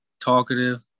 talkative